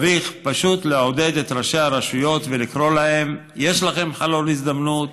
צריך פשוט לעודד את ראשי הרשויות ולקרוא להם: יש לכם חלון הזדמנות.